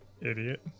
Idiot